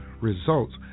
results